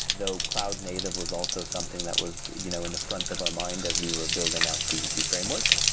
though cloud native was also something that was you know in the front of our mind as we were building out the the framework.